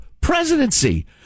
presidency